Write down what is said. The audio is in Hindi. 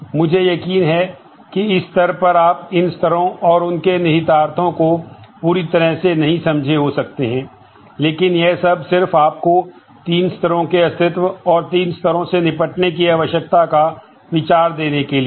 मुझे यकीन है कि इस स्तर पर आप इन स्तरों और उनके निहितार्थों को पूरी तरह से नहीं समझें हो सकते हैं लेकिन यह सब सिर्फ आपको तीन स्तरों के अस्तित्व और तीन स्तरों से निपटने की आवश्यकता का विचार देने के लिए है